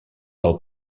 del